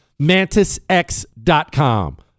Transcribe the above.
MantisX.com